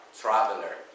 traveler